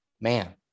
man